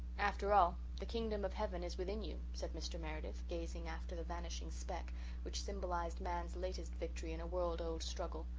after all, the kingdom of heaven is within you said mr. meredith, gazing after the vanishing speck which symbolized man's latest victory in a world-old struggle.